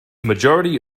majority